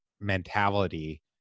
mentality